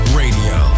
radio